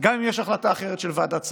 גם אם יש החלטה אחרת של ועדת שרים.